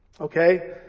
Okay